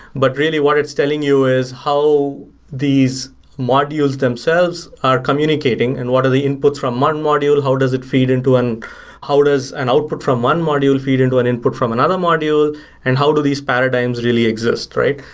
but really, what it's telling you is how these modules themselves are communicating and what are the inputs from one module, how does it feed into an how does an output from one module feed into an input from another module and how do these paradigms really exist, right?